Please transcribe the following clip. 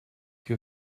que